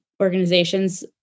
organizations